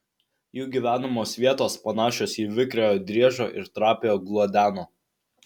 jų gyvenamos vietos panašios į vikriojo driežo ir trapiojo gluodeno